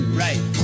right